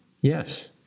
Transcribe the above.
Yes